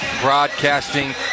broadcasting